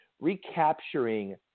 recapturing